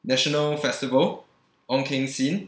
national festival ong keng sin